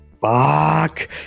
Fuck